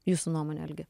jūsų nuomone algi